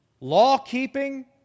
law-keeping